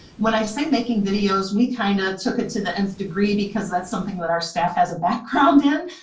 when i say making videos, we kinda kind of took it to the nth degree because that's something that our staff has a background in.